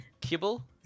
kibble